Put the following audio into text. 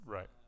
Right